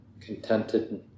contented